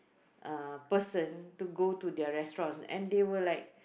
uh person to go to their restaurant and they were like